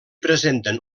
presenten